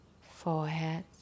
Forehead